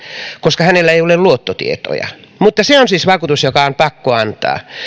koska hänellä ei ole luottotietoja mutta se on siis vakuutus joka on pakko antaa